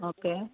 okay